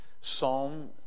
psalm